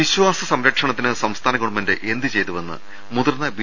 വിശ്വാസ സംരക്ഷണത്തിന് സംസ്ഥാന ഗവൺമെന്റ് എന്ത് ചെയ്തുവെന്ന് മുതിർന്ന ബി